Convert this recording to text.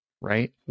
right